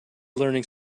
learning